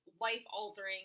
life-altering